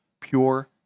pure